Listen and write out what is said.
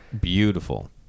beautiful